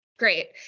great